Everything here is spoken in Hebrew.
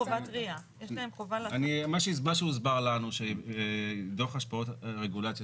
מה שהוסבר לנו שדוח השפעות רגולציה,